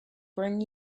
bring